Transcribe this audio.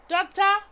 Doctor